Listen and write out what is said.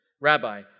Rabbi